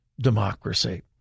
democracy